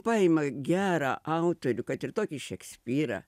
paima gerą autorių kad ir tokį šekspyrą